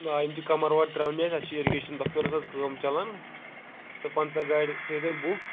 آ یِم چھِ قَمرواڑ ترٛاوٕنہِ اَسہِ چھِ اِرِگیشن دَفترس حظ کٲم چَلان تہٕ پَنٛژاہ گاڑِ تھٲوِزیٚو تُہۍ بُک